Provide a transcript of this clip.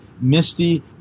misty